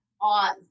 on